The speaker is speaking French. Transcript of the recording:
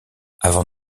avant